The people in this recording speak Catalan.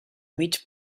mig